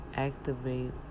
Activate